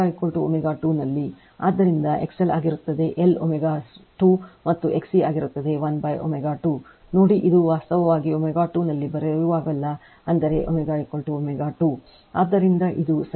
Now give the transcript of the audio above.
ಆದ್ದರಿಂದ XL ಆಗಿರುತ್ತದೆ L ω2 ಮತ್ತು XC ಆಗಿರುತ್ತದೆ 1 ω2 ನೋಡಿ ಇದು ವಾಸ್ತವವಾಗಿ ω2 ನಲ್ಲಿ ಬರೆಯುವಾಗಲೆಲ್ಲಾ ಅಂದರೆ ω ω2 ಆದ್ದರಿಂದ ಇದು ಸಮೀಕರಣ 4 ಮತ್ತು ಇದು R ವಾಸ್ತವವಾಗಿ